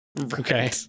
Okay